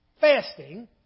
fasting